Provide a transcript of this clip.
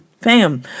fam